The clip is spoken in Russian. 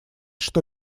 что